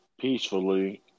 peacefully